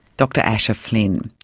dr asher flynn.